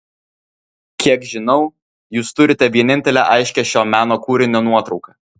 kiek žinau jūs turite vienintelę aiškią šio meno kūrinio nuotrauką